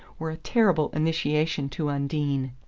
were a terrible initiation to undine.